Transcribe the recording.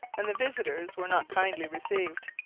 and the visitors were not kindly received.